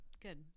Good